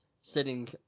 sitting